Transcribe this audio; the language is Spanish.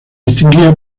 distinguía